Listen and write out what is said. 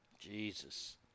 Jesus